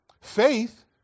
Faith